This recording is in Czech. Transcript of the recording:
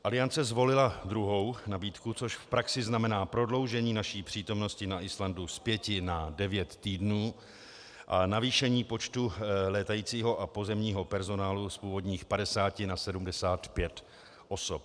Aliance zvolila druhou nabídku, což v praxi znamená prodloužení naší přítomnosti na Islandu z 5 na 9 týdnů a navýšení počtu létajícího a pozemního personálu z původních 50 na 75 osob.